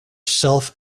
self